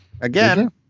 again